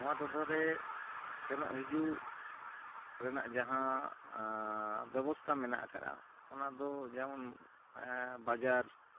ᱱᱚᱣᱟ ᱴᱚᱴᱷᱟᱨᱮ ᱥᱮᱱᱚᱜ ᱦᱤᱡᱩᱜ ᱨᱮᱱᱟᱜ ᱡᱟᱦᱟᱸ ᱵᱮᱵᱚᱥᱛᱟ ᱢᱮᱱᱟᱜ ᱠᱟᱜᱼᱟ ᱚᱱᱟ ᱫᱚ ᱡᱮᱢᱚᱱ ᱵᱟᱡᱟᱨ